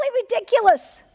ridiculous